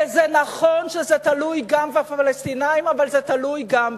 ונכון שזה תלוי גם בפלסטינים, אבל זה תלוי גם בך.